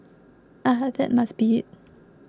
ah that must be it